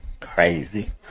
crazy